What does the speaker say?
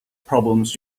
problems